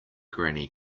granny